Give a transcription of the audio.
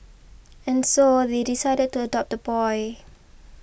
and so they decided to adopt the boy